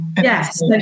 Yes